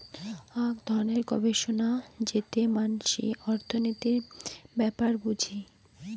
আক ধরণের গবেষণা যেতে মানসি অর্থনীতির ব্যাপার বুঝি